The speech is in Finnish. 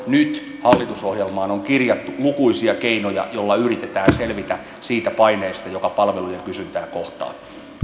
nyt hallitusohjelmaan on kirjattu lukuisia keinoja joilla yritetään selvitä siitä paineesta joka palvelujen kysyntää kohtaa